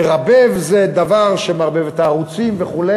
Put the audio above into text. מרבב זה דבר שמערבב את הערוצים וכו'.